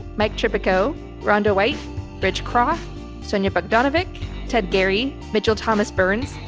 mike tropico ronda white rich kwok sonya bogdanovic ted gary, mitchell thomas burns,